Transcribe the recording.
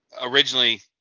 originally